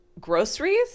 groceries